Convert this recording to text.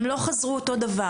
הם לא חזרו אותו דבר,